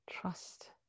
Trust